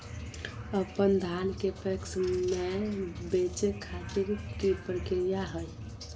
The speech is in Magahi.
अपन धान के पैक्स मैं बेचे खातिर की प्रक्रिया हय?